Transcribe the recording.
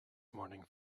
morning